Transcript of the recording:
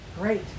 great